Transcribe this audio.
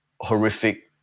horrific